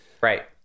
right